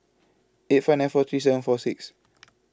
eight five nine four three seven four six